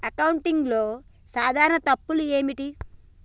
అకౌంటింగ్లో సాధారణ తప్పులు ఏమిటి?